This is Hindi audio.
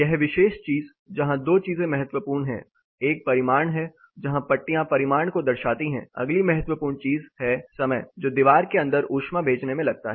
यह विशेष चीज़ जहां 2 चीजें महत्वपूर्ण हैं एक परिमाण है जहां पट्टियाँ परिमाण को दर्शाती है अगली महत्वपूर्ण चीज है समय जो दीवार को अंदर ऊष्मा भेजने में लगता है